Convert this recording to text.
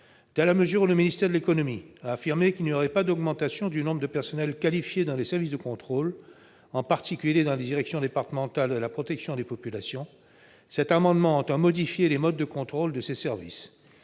Le ministre de l'économie et des finances ayant affirmé qu'il n'y aurait pas d'augmentation du nombre de personnels qualifiés dans les services de contrôle, en particulier dans les directions départementales de la protection des populations, cet amendement tend à modifier les modes de contrôle de ces services.